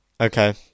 Okay